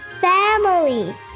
family